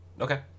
okay